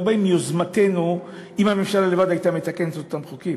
לא היו באים מיוזמתנו אם הממשלה לבדה הייתה מתקנת את אותם חוקים.